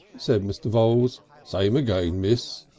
said mr. voules. same again, miss.